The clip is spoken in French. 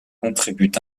contribuent